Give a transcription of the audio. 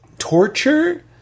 torture